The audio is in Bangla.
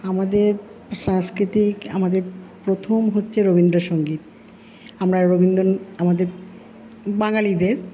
আমাদের সাংস্কৃতিক আমাদের প্রথম হচ্ছে রবীন্দ্রসঙ্গীত আমরা রবীন্দ্র আমাদের বাঙালিদের